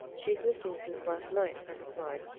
she's missing since last night, i replied.